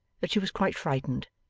that she was quite frightened,